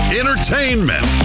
entertainment